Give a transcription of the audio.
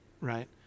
right